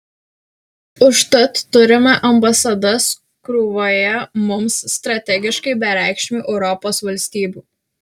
užtat turime ambasadas krūvoje mums strategiškai bereikšmių europos valstybių